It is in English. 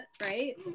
right